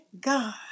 God